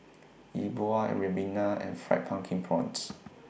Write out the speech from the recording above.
E Bua Ribena and Fried Pumpkin Prawns